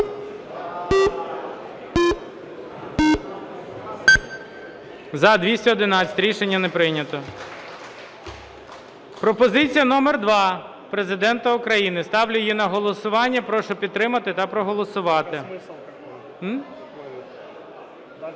За-211 Рішення не прийнято. Пропозиція номер два Президента України. Ставлю її на голосування. Прошу підтримати та проголосувати.